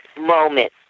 moment